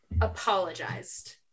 Apologized